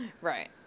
Right